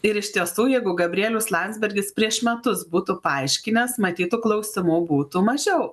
ir iš tiesų jeigu gabrielius landsbergis prieš metus būtų paaiškinęs matyt tų klausimų būtų mažiau